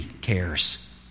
cares